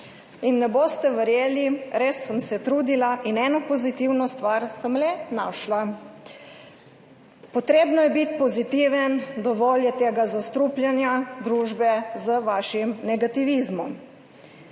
In ne boste verjeli, res sem se trudila in eno pozitivno stvar sem le našla. Potrebno je biti pozitiven, dovolj je tega zastrupljanja družbe z vašim negativizmom.